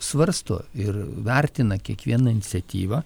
svarsto ir vertina kiekvieną iniciatyvą